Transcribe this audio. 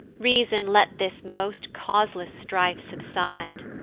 reason let this most causeless strife subside.